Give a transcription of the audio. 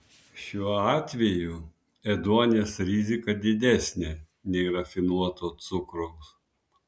šiuo atveju ėduonies rizika didesnė nei rafinuoto cukraus